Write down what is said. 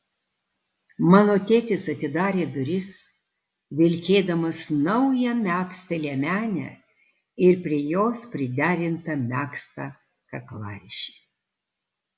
mano tėtis atidarė duris vilkėdamas naują megztą liemenę ir prie jos priderintą megztą kaklaryšį